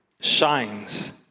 shines